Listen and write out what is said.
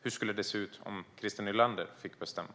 Hur skulle det se ut om Christer Nylander fick bestämma?